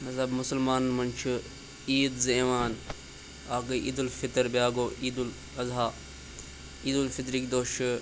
مُسلمانَن منٛز چھُ عیٖد زٕ یِوان اَکھ گٔے عیٖدالفطر بیٛاکھ گوٚو عیدالاضحیٰ عیدالفطرٕکۍ دۄہ چھُ